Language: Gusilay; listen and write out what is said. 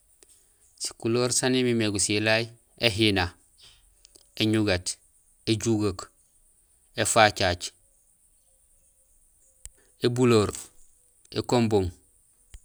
Sikuleer saan imimé gusilay: éhina, éñugéét, jugeek, éfacaac, ébuleer, ékumbung.